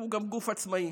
והוא גם גוף עצמאי,